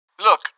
Look